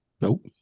Nope